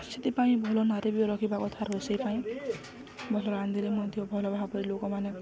ସେଥିପାଇଁ ଭଲ ନାରୀ ବି ରଖିବା କଥା ରୋଷେଇ ପାଇଁ ଭଲ ରାନ୍ଧିଲେ ମଧ୍ୟ ଭଲ ଭାବରେ ଲୋକମାନେ